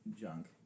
junk